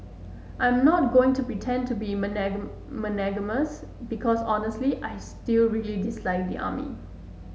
I'm not going to pretend to be magnanimous because honestly I still really dislike the army